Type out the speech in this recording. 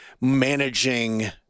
managing